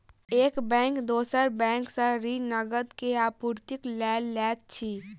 एक बैंक दोसर बैंक सॅ ऋण, नकद के आपूर्तिक लेल लैत अछि